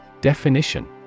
Definition